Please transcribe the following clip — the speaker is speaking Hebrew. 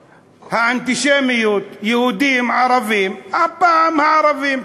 האנטישמיות, יהודים, ערבים, הפעם הערבים.